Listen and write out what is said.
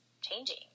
changing